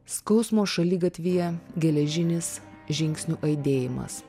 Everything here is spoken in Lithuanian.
skausmo šaligatvyje geležinis žingsnių aidėjimas